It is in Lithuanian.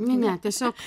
ne ne tiesiog